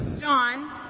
John